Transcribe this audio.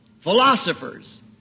Philosophers